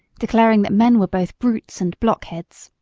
declaring that men were both brutes and blockheads.